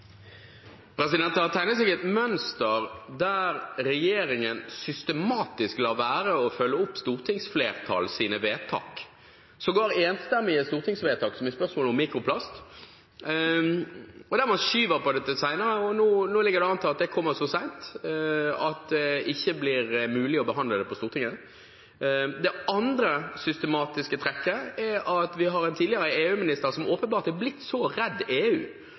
Det har tegnet seg et mønster der regjeringen systematisk lar være å følge opp stortingsflertallets vedtak, sågar enstemmige stortingsvedtak, som i spørsmålet om mikroplast, og der man skyver på det til senere. Nå ligger det an til at det kommer så sent at det ikke blir mulig å behandle det på Stortinget. Det andre systematiske trekket er at vi har en tidligere EU-minister som åpenbart er blitt så redd EU